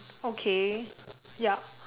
okay yup